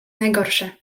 najgorsze